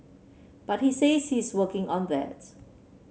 but he says he is working on that